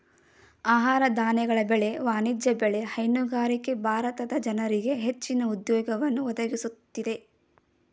ಆಹಾರ ಧಾನ್ಯಗಳ ಬೆಳೆ, ವಾಣಿಜ್ಯ ಬೆಳೆ, ಹೈನುಗಾರಿಕೆ ಭಾರತದ ಜನರಿಗೆ ಹೆಚ್ಚಿನ ಉದ್ಯೋಗವನ್ನು ಒದಗಿಸುತ್ತಿದೆ